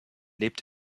lebt